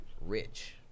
rich